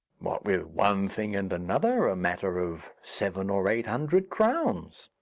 what with one thing and another, a matter of seven or eight hundred crowns.